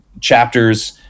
chapters